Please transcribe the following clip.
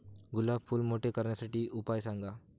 गुलाब फूल मोठे करण्यासाठी उपाय सांगा?